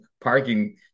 parking